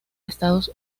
estados